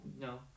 No